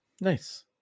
Nice